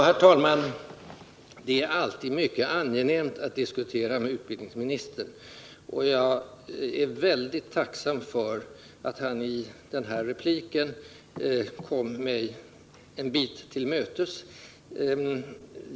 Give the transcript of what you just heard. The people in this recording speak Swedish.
Herr talman! Det är alltid mycket angenämt att diskutera med utbildningsministern, och jag är väldigt tacksam för att han i den här repliken kom mig några steg till mötes.